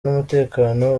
n’umutekano